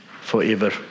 forever